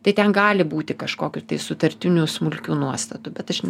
tai ten gali būti kažkokių tai sutartinių smulkių nuostatų bet aš